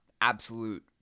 absolute